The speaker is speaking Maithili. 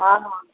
हँ हँ